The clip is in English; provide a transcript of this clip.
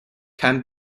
can